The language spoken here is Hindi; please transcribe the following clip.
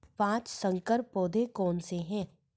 पाँच संकर पौधे कौन से हैं?